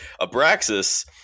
Abraxas